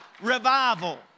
revival